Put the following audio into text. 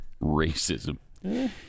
racism